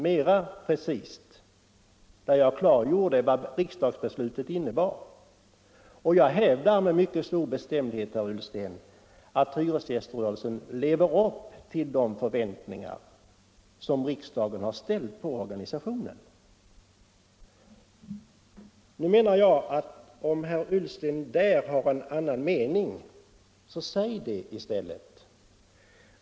Jag klargjorde mera precist för vad riksdagsbeslutet innebar, och jag hävdar med mycket stor bestämdhet, herr Ullsten, att hyresgäströrelsen lever upp till de förväntningar som riksdagen ställt på organisationen. Om herr Ullsten därvidlag har en annan mening, så säg det i stället!